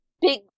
big